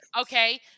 Okay